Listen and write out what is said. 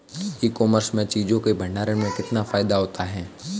ई commerce में चीज़ों के भंडारण में कितना फायदा होता है?